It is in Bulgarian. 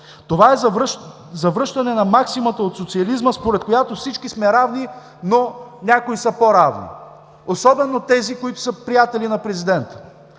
Това е за връщане на максимата от социализма, според която всички сме равни, но някои са по-равни, особено тези, които са приятели на президента.